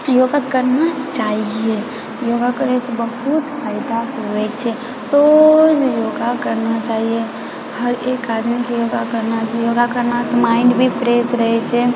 योगा करना चाहिए योगा करैसँ बहुत फायदा हुए छै रोज योगा करना चाहिए हर एक आदमीके योगा करना चाहिए योगा करनासँ माइंड भी फ्रेश रहै छै